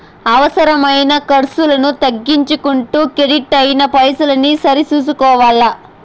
అవసరమైన కర్సులను తగ్గించుకుంటూ కెడిట్ అయిన పైసల్ని సరి సూసుకోవల్ల